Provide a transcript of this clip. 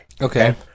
okay